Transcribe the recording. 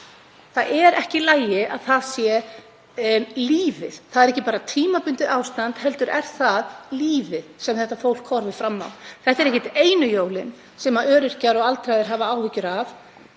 Það er ekki í lagi að það sé lífið, ekki bara tímabundið ástand heldur er það lífið sem þetta fólk horfir fram á. Þetta eru ekkert einu jólin sem öryrkjar og aldraðir hafa áhyggjur af.